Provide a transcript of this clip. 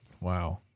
Wow